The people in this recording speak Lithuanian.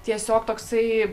tiesiog toksai